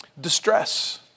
distress